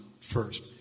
first